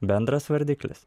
bendras vardiklis